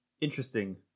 interesting